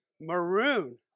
maroon